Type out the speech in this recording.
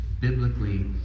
biblically